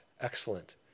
Excellent